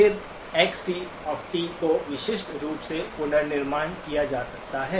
फिर Xc को विशिष्ट रूप से पुनर्निर्माण किया जा सकता है